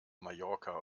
mallorca